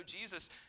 Jesus